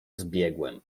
zbiegłem